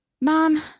Mom